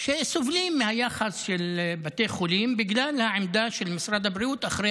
שסובלים מהיחס של בתי החולים בגלל העמדה של משרד הבריאות אחרי